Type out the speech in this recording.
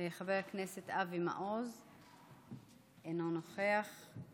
חבר הכנסת אבי מעוז, אינו נוכח.